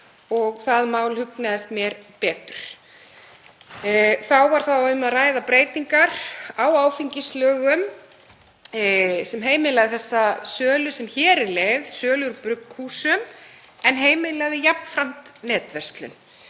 og það mál hugnaðist mér betur. Þar var um að ræða breytingar á áfengislögum sem heimilaði þá sölu sem hér er leyfð, sölu úr brugghúsum, en heimilaði jafnframt netverslun.